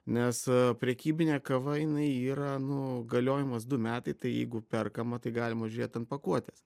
nes prekybinė kava jinai yra nu galiojimas du metai tai jeigu perkama tai galima žėt ant pakuotės